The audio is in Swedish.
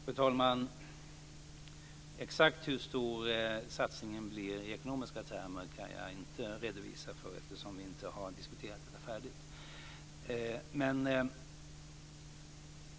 Fru talman! Exakt hur stor satsningen blir i ekonomiska termer kan jag inte redovisa eftersom vi inte har diskuterat detta färdigt.